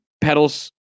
pedals